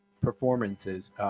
performances